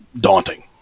daunting